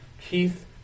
Keith